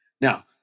Now